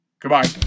Goodbye